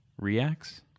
Reacts